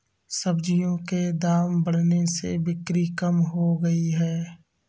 सब्जियों के दाम बढ़ने से बिक्री कम हो गयी है